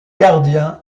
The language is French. gardien